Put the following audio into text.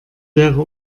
wäre